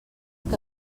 que